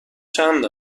چند